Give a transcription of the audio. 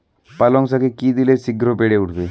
পালং শাকে কি দিলে শিঘ্র বেড়ে উঠবে?